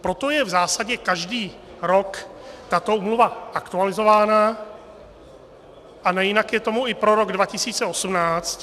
Proto je v zásadě každý rok tato úmluva aktualizována a nejinak je tomu i pro rok 2018...